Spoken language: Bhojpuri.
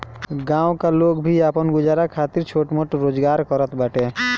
गांव का लोग भी आपन गुजारा खातिर छोट मोट रोजगार करत बाटे